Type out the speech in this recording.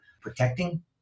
protecting